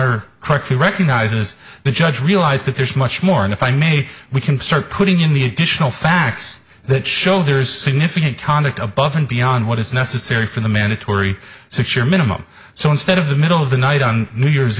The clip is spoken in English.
quickly recognizes the judge realized that there's much more and if i may we can start putting in the additional facts that show there are significant conduct above and beyond what is necessary for the mandatory secure minimum so instead of the middle of the night on new year's